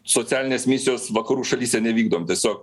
socialinės misijos vakarų šalyse nevykdom tiesiog